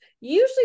usually